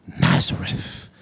Nazareth